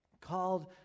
called